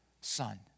son